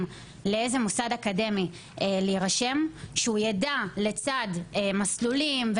לאיזה מוסד אקדמי להירשם יידע לצד מסלולים,